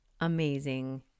Amazing